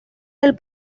del